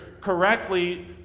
correctly